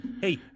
Hey